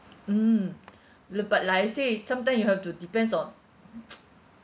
mm look but like I said sometime you have to depends on